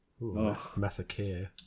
massacre